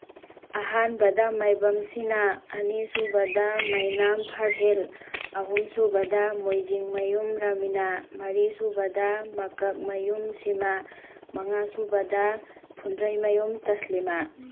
ꯑꯍꯥꯟꯕꯗ ꯃꯥꯏꯕꯝ ꯁꯤꯅꯥ ꯑꯅꯤ ꯁꯨꯕꯗ ꯃꯩꯅꯥꯝ ꯐꯔꯍꯤꯜ ꯑꯍꯨꯝ ꯁꯨꯕꯗ ꯃꯣꯏꯖꯤꯡꯃꯌꯨꯝ ꯔꯃꯤꯅꯥ ꯃꯔꯤ ꯁꯨꯕꯗ ꯃꯀꯛꯃꯌꯨꯝ ꯁꯤꯃꯥ ꯃꯉꯥ ꯁꯨꯕꯗ ꯐꯨꯟꯗ꯭ꯔꯩꯃꯌꯨꯝ ꯇꯁꯂꯤꯃꯥ